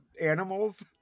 animals